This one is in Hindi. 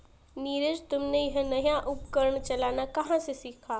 नीरज तुमने यह नया उपकरण चलाना कहां से सीखा?